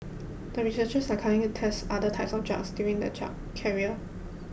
the researchers are currently test other types of drugs during the drug carrier